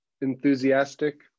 enthusiastic